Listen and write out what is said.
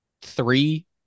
three